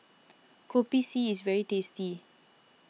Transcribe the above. Kopi C is very tasty